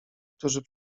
którzy